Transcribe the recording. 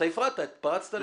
אתה הפרעת, התפרצת לדיבור.